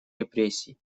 репрессий